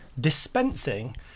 dispensing